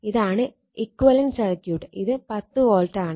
ഇതാണ് equivalent circuit ഇത് 10 volt ആണ്